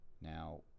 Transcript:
now